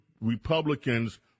Republicans